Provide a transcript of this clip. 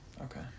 Okay